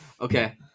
Okay